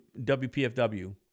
WPFW